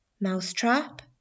Mousetrap